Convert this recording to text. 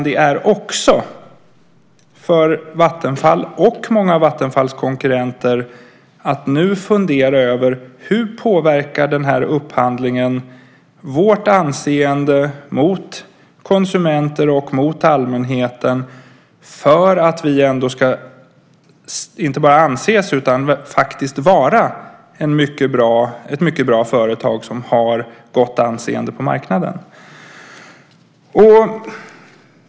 Det är också viktigt för Vattenfall och många av deras konkurrenter att fundera över: Hur påverkar den här upphandlingen vårt anseende mot konsumenter och mot allmänhet, för att vi inte bara ska anses utan också vara ett mycket bra företag som har gott anseende på marknaden?